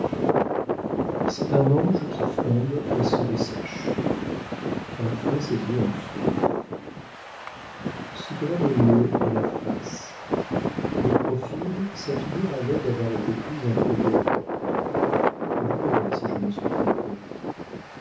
c'est un ange qui flambe et se dessèche enfin ses yeux ont soif ce qu'elle a de mieux est la face de profil sa figure a l'air d'avoir été prise entre deux portes vous verrez si je me suis trompée